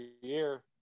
year